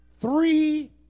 three